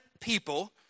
people